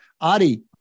Adi